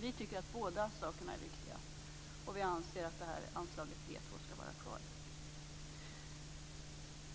Vi tycker att bådadera är viktiga, och vi anser att anslaget D2 ska vara kvar.